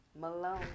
Malone